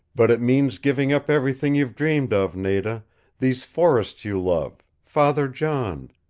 but it means giving up everything you've dreamed of, nada these forests you love, father john,